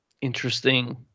interesting